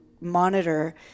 monitor